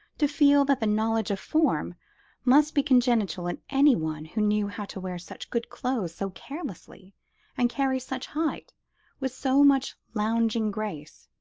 to feel that the knowledge of form must be congenital in any one who knew how to wear such good clothes so carelessly and carry such height with so much lounging grace.